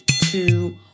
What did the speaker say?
two